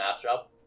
matchup